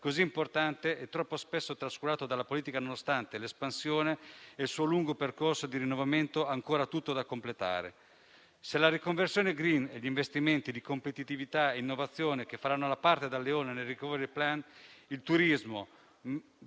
così importante, che è troppo spesso trascurato dalla politica nonostante l'espansione e il suo lungo percorso di rinnovamento ancora tutto da completare. Se la riconversione *green* e gli investimenti per la competitività e l'innovazione faranno la parte da leone nel *recovery fund,* il turismo